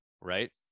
right